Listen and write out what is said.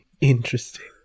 Interesting